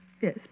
Yes